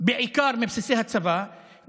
בעיקר מבסיסי הצבא,